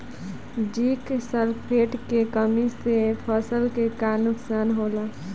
Zinc sulphate के कमी से फसल के का नुकसान होला?